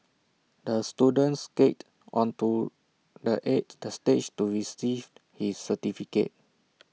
the student skated onto the age stage to receive his certificate